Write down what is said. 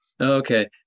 Okay